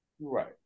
Right